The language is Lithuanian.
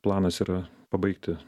planas yra pabaigti